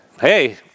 hey